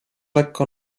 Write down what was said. lekko